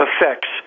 effects